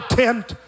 tent